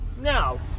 Now